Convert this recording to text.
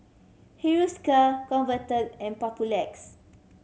Hiruscar Convatec and Papulex